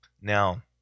Now